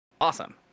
Awesome